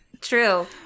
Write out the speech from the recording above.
True